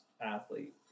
athlete